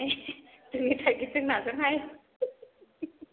जोंनिया थाइगिरजों नाजों हाय